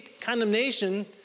condemnation